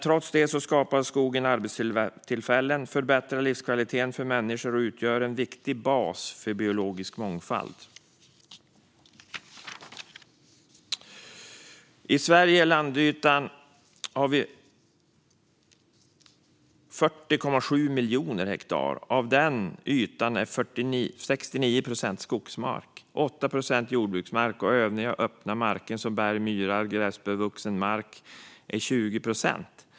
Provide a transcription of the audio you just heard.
Trots detta skapar skogen arbetstillfällen, förbättrar livskvaliteten för människor och utgör en viktig bas för biologisk mångfald. Sveriges landyta är 40,7 miljoner hektar. Av den ytan är 69 procent skogsmark och 8 procent jordbruksmark. Övriga öppna marker som berg, myrar och gräsbevuxen mark utgör 20 procent.